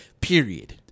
Period